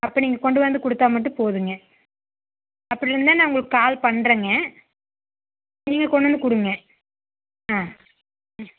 அப்போ நீங்கள் கொண்டுவந்து கொடுத்தா மட்டும் போதுங்க அப்படி இருந்தால் நான் உங்களுக்கு கால் பண்ணுறேங்க நீங்கள் கொண்டாந்து கொடுங்க ஆ ம்